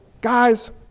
guys